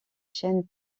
chaînes